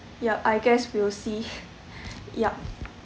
ya I guess we will see yup